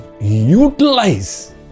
utilize